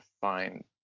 find